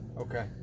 Okay